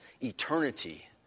eternity